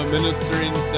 Ministering